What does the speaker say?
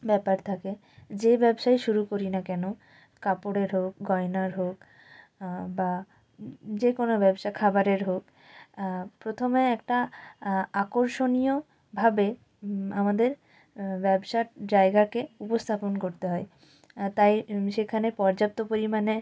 ব্যাপার থাকে যে ব্যবসাই শুরু করি না কেন কাপড়ের হোক গয়নার হোক বা যে কোনো ব্যবসা খাবারের হোক প্রথমে একটা আকর্ষণীয়ভাবে আমাদের ব্যবসার জায়গাকে উপস্থাপন করতে হয় তাই সেখানে পর্যাপ্ত পরিমাণে